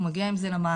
הוא מגיע עם זה למערכת,